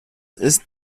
ist